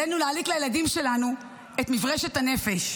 עלינו להעניק לילדים שלנו את מברשת הנפש,